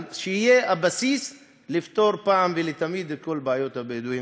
שתהיה הבסיס לפתור פעם אחת ולתמיד את כל בעיות הבדואים.